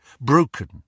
broken